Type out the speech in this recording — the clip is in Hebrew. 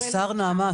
נעמה,